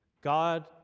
God